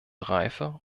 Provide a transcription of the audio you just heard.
reife